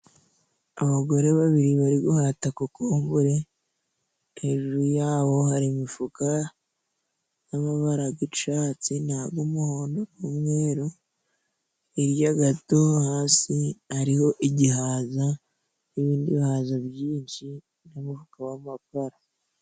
Abagore babiri bari guhata kokombure, hejuru yaho hari imifuka y'amabara g'icatsi, n'umuhondo n' umweru hirya gato hasi hariho igihaza n'ibindi bihaza byinshi n'umufuka w'amakara.